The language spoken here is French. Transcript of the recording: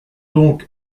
donc